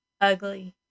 ugly